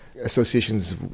associations